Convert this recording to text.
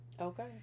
Okay